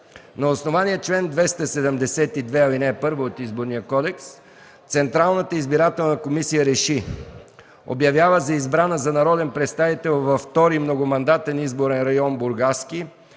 на основание чл. 272, ал. 1 от Изборния кодекс Централната избирателна комисия РЕШИ: Обявява за избрана за народен представител във 2. многомандатен избирателен район – Бургаски,